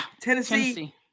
Tennessee